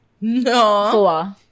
No